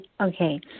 Okay